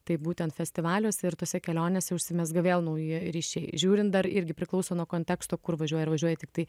taip būtent festivaliuose ir tose kelionėse užsimezga vėl nauji ryšiai žiūrint dar irgi priklauso nuo konteksto kur važiuoja ir važiuoja tiktai